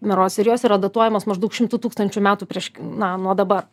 mieros ir jos yra datuojamos maždaug šimtu tūkstančių metų prieš k na nuo dabar